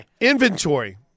Inventory